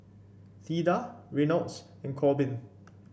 Theda Reynolds and Korbin